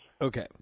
Okay